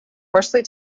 horsley